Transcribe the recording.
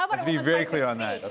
um let's be very clear on that.